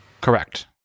Correct